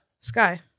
Sky